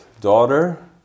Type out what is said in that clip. daughter